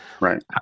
Right